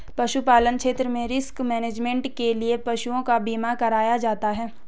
पशुपालन क्षेत्र में रिस्क मैनेजमेंट के लिए पशुओं का बीमा कराया जाता है